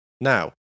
Now